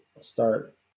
start